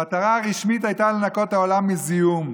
המטרה הרשמית הייתה לנקות את העולם מזיהום.